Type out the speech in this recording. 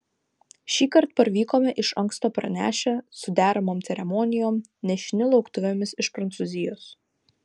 šįkart parvykome iš anksto pranešę su deramom ceremonijom nešini lauktuvėmis iš prancūzijos